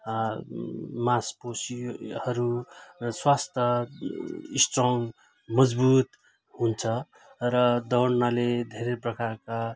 मांसपेशीहरू र स्वास्थ्य स्ट्रङ मजबुत हुन्छ र दौडनाले धेरै प्रकारका